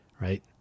right